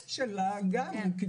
הנושאים שלה היה גם קיצור תורים.